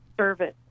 service